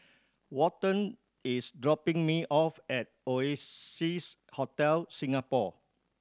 Walton is dropping me off at Hotel Singapore